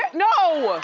no!